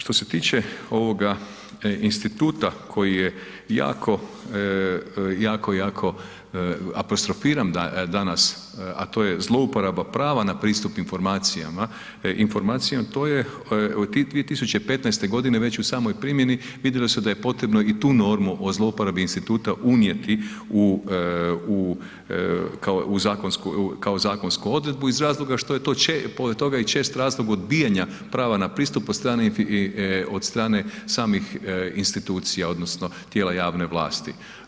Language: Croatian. Što se tiče ovoga instituta koji je jako, jako, jako, apostrofiram danas, a to je zlouporaba prava na pristup informacijama, to je od 2015. godine već u samoj primjeni vidjelo se da je potrebno i tu normu o zlouporabi instituta unijeti u kao, kao zakonsku odredbu iz razloga što je to pored toga i čest razlog odbijanja prava na pristup od strane samih institucija odnosno tijela javne vlasti.